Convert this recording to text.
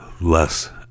less